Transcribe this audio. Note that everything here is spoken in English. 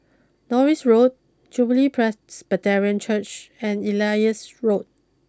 Norris Road Jubilee Presbyterian Church and Elias Road